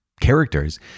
characters